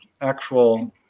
actual